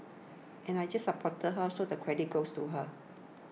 and I just supported her so the credit goes to her